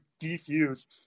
defuse